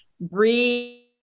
breathe